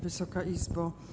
Wysoka Izbo!